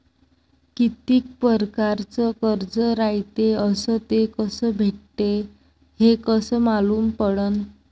कितीक परकारचं कर्ज रायते अस ते कस भेटते, हे कस मालूम पडनं?